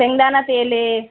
शेंगदाणा तेल आहे